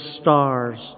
stars